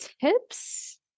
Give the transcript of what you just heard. tips